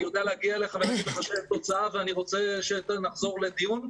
אני יודע להגיע אליך ולהגיד לך שאין תוצאה ואני ארצה שנחזור לדיון.